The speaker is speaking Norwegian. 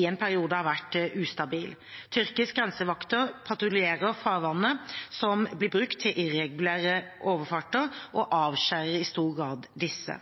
i en periode har vært ustabil. Tyrkisk grensevakt patruljerer farvannene som blir brukt til irregulære overfarter, og avskjærer i stor grad disse.